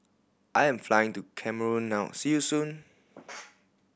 I'm flying to Cameroon now see you soon